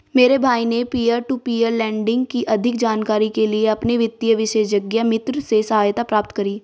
मेरे भाई ने पियर टू पियर लेंडिंग की अधिक जानकारी के लिए अपने वित्तीय विशेषज्ञ मित्र से सहायता प्राप्त करी